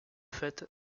fait